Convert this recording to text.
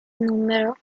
numero